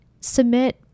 submit